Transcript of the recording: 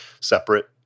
separate